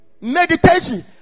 Meditation